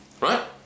Right